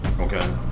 Okay